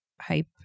hype